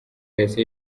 yahise